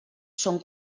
són